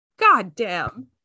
goddamn